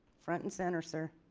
front and center sir.